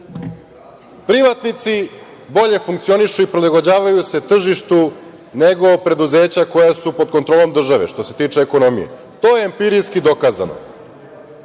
meseci. Privatnici bolje funkcionišu i prilagođavaju se tržištu nego preduzeća koja su pod kontrolom države, što se tiče ekonomije. To je empirijski dokazano.